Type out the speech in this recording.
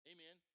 Amen